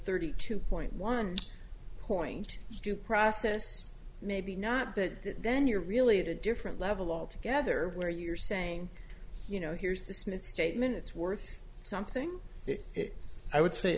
thirty two point one point due process maybe not that then you're really at a different level altogether where you're saying you know here's the smith statement it's worth something i would say